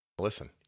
Listen